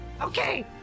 Okay